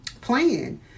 plan